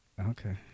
Okay